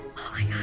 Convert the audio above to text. hi.